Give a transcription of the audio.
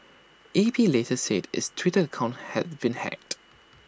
A P later said its Twitter account had been hacked